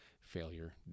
failure